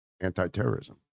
anti-terrorism